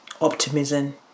optimism